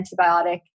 antibiotic